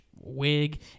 wig